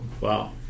Wow